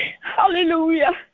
Hallelujah